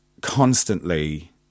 constantly